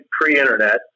pre-internet